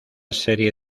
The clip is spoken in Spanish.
serie